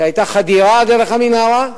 שהיתה חדירה דרך המנהרה,